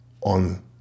on